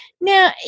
Now